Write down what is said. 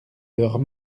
leurs